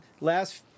last